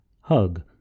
Hug